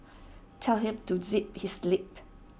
tell him to zip his lip